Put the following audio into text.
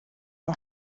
yng